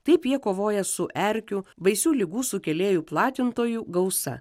taip jie kovoja su erkių baisių ligų sukėlėjų platintojų gausa